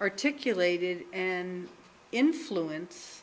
articulated and influence